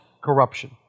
corruption